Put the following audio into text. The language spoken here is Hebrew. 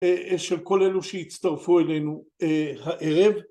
של כל אלו שהצטרפו אלינו הערב